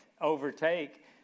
overtake